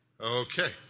Okay